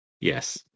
yes